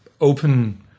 open